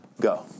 go